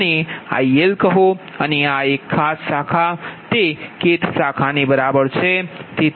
આને IL કહો અને આ એક ખાસ શાખા તે Kth શાખાને બરાબર છે